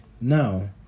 Now